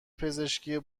پزشکی